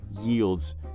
yields